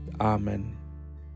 Amen